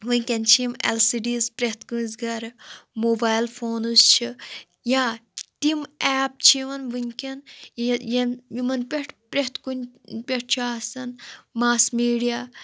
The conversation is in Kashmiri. وٕنۍکٮ۪ن چھِ یِِم اٮ۪ل سی ڈیٖز پرٛٮ۪تھ کٲنٛسہِ گَرٕ موبایل فونٕز چھِ یا تِم ایپ چھِ یِوان وٕنۍکٮ۪ن یِمن پٮ۪ٹھ پرٛٮ۪تھ کُنہِ پٮ۪ٹھ چھُ آسَن ماس میٖڈیا